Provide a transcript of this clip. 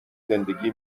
زندگی